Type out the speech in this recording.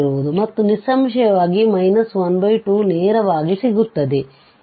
ಮತ್ತು ನಿಸ್ಸಂಶಯವಾಗಿ 12 ನೇರವಾಗಿ ಸಿಗುತ್ತದೆ